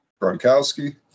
Gronkowski